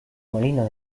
molino